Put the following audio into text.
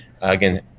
again